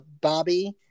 bobby